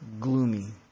gloomy